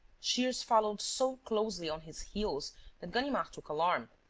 shears followed so closely on his heels that ganimard took alarm